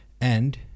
And